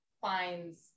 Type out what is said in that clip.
finds